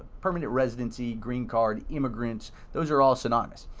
permanent residency, green card immigrants, those are all synonymous.